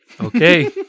Okay